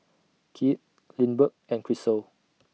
Kieth Lindbergh and Krystle